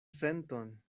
senton